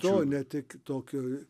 to ne tik tokio